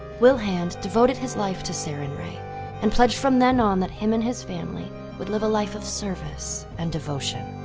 wilhand devoted his life to sarenrae and pledged from then on that him and his family would live a life of service and devotion.